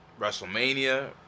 WrestleMania